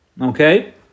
okay